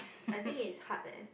I think is hard leh